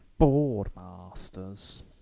Boardmasters